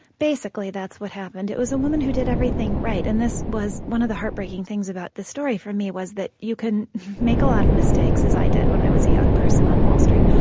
basically, that's what happened. it was a woman who did everything right. and this was one of the heartbreaking things about this story for me was that you could make a lot of mistakes as i did when i was a young person on wall street,